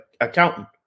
accountant